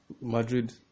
Madrid